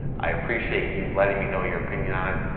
i appreciate you letting me know your opinion on it,